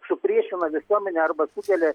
supriešina visuomenę arba sukelia